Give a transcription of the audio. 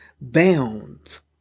bounds